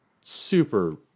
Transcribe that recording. super